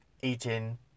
eating